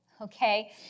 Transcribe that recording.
okay